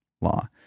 law